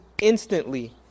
instantly